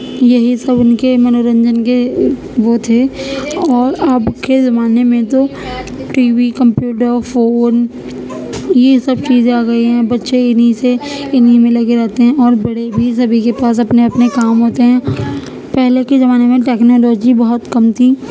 یہی سب ان کے منورنجن کے وہ تھے اور اب کے زمانے میں تو ٹی وی کمپیوٹر فون یہ سب چیزیں آ گئی ہیں بچے انہیں سے انہیں میں لگے رہتے ہیں اور بڑے بھی سبھی کے پاس اپنے اپنے کام ہوتے ہیں پہلے کے زمانے میں ٹکنالوجی بہت کم تھی